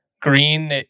Green